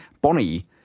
Bonnie